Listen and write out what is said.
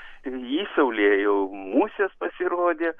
įsaulėj jau musės pasirodė